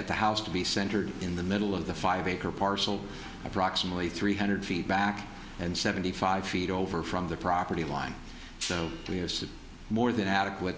at the house to be centered in the middle of the five acre parcel approximately three hundred feet back and seventy five feet over from the property line so three is more than adequate